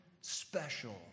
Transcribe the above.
special